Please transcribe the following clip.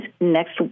next